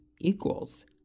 equals